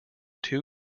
two